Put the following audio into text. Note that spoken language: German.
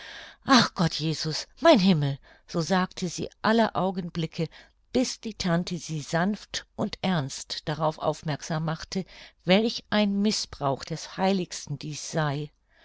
ach gott jesus mein himmel so sagte sie aller augenblicke bis die tante sie sanft und ernst darauf aufmerksam machte welch ein mißbrauch des heiligsten dies sei